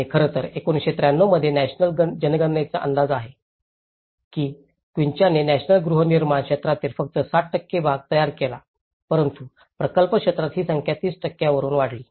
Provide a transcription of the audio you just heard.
आणि खरं तर 1993 मध्ये नॅशनल जनगणनेचा अंदाज आहे की क्विंचनाने नॅशनल गृहनिर्माण क्षेत्रातील फक्त 7 टक्के भाग तयार केला परंतु प्रकल्प क्षेत्रात ही संख्या 30 टक्क्यांपर्यंत वाढली